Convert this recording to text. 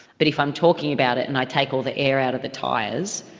but if i'm talking about it and i take all the air out of the tyres,